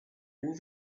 all